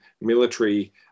military